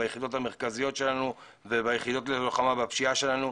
ביחידות המרכזיות שלנו וביחידות למלחמה בפשיעה שלנו.